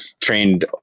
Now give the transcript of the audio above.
trained